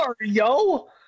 yo